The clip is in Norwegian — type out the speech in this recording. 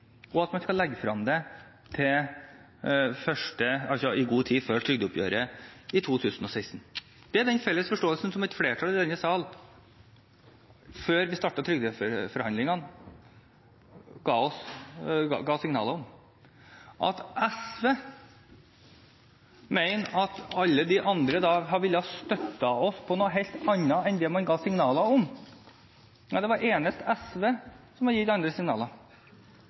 og at man skal legge det frem i god tid før trygdeoppgjøret i 2016. Det er denne felles forståelsen som et flertall i denne sal – før vi startet trygdeforhandlingene – ga signaler om. At SV mener at alle de andre har villet støtte oss i noe helt annet enn det man ga signaler om – nei, SV var de eneste som ga andre signaler.